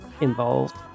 involved